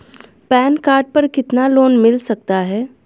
Pan card पर कितना loan मिल सकता है?